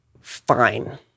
fine